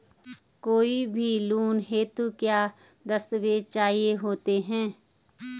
कोई भी लोन हेतु क्या दस्तावेज़ चाहिए होते हैं?